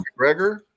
McGregor